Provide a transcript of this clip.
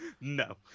No